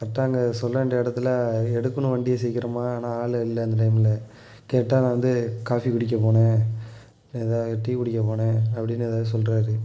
கரெக்டாக அங்கே சொல்ல வேண்டிய இடத்துல எடுக்கணும் வண்டியை சீக்கிரமாக ஆனால் ஆள் இல்லை அந்த டைமில் கேட்டால் நான் வந்து காஃபி குடிக்க போனேன் எதாவது டீ குடிக்க போனேன் அப்படின்னு எதாவது சொல்கிறாரு